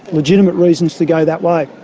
legitimate reasons to go that way.